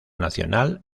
nacional